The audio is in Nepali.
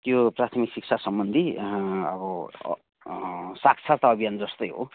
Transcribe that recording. त्यो प्राथमिक शिक्षा सम्बन्धी अब साक्षरता अभियान जस्तै हो